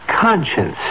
Conscience